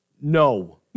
No